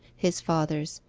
his father's,